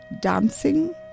dancing